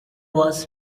was